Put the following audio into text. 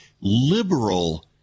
liberal